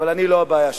אבל אני לא הבעיה שלך.